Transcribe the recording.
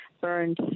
burned